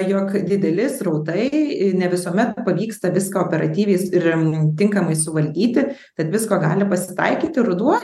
jog dideli srautai ne visuomet pavyksta viską operatyviai ir tinkamai suvaldyti tad visko gali pasitaikyti ruduo